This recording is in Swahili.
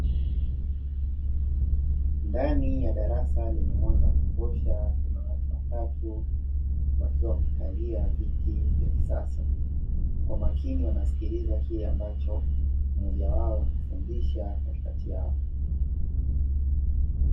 Ndani yadarasa lenye mwanga wakutosha kuna watu watatu, wakiwa wamekalia viti vya kisasa, kwa makini wanasikiliza kile ambacho mmoja wao anafundisha katikati yao.